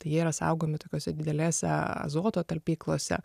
tai jie yra saugomi tokiose didelėse azoto talpyklose